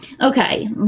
Okay